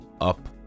up